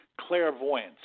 Clairvoyance